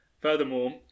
Furthermore